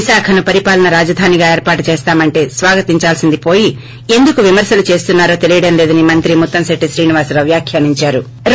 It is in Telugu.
విశాఖను పరిపాలనా రాజధానిగొఏర్పాటు చేస్తామంటే స్వాగతించాల్సింది పోయి ఎందుకు విమర్పలు చేస్తున్నా రో తెలియడంలేదని మంత్రి ముత్తంశెట్టి శ్రీనివాసరావు వ్యాఖ్యానించారు